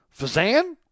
Fazan